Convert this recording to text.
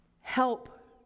help